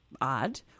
odd